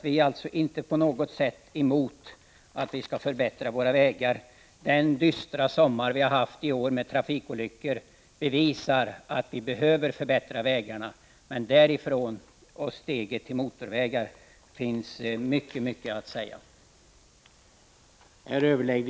Vi är inte på något sätt emot en förbättring av våra vägar. Den dystra sommaren i år med många trafikolyckor bevisar att vi behöver förbättra vägarna, men därifrån till att tala om motorvägar är steget mycket långt.